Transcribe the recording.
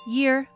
year